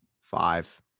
Five